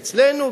אצלנו,